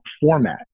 format